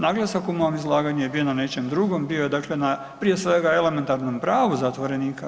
Naglasak u mom izlaganju je bio na nečem drugom, bio je dakle na prije svega na elementarnom pravu zatvorenika.